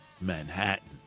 Manhattan